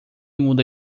muda